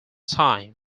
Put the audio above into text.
time